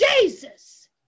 Jesus